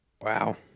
Wow